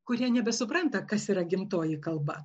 kurie nebesupranta kas yra gimtoji kalba